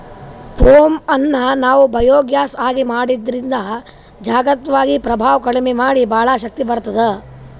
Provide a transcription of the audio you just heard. ಪೋಮ್ ಅನ್ನ್ ನಾವ್ ಬಯೋಗ್ಯಾಸ್ ಆಗಿ ಮಾಡದ್ರಿನ್ದ್ ಜಾಗತಿಕ್ವಾಗಿ ಪ್ರಭಾವ್ ಕಡಿಮಿ ಮಾಡಿ ಭಾಳ್ ಶಕ್ತಿ ಬರ್ತ್ತದ